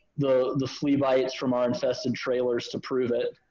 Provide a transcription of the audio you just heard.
the, the flea bites from our infested trailers to prove it.